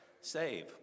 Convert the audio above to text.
Save